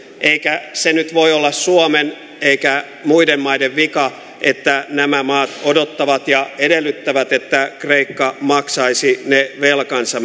eikä se nyt voi olla suomen eikä muiden maiden vika että nämä maat odottavat ja edellyttävät että kreikka maksaisi ne velkansa